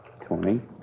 Twenty